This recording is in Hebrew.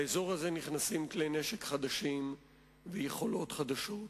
לאזור הזה נכנסים כלי-נשק חדשים ויכולות חדשות